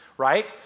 right